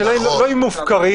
השאלה לא אם מופקרים,